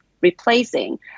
replacing